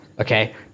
Okay